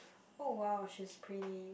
oh !wow! she's pretty